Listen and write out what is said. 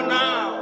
now